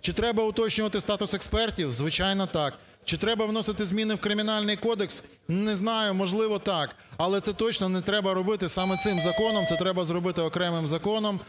Чи треба уточнювати статус експертів? Звичайно, так. Чи треба вносити зміни в Кримінальний кодекс? Не знаю, можливо, так, але це точно не треба робити саме цим законом. Це треба зробити окремим законом